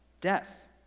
Death